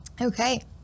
okay